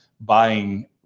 buying